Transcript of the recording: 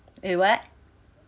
eh what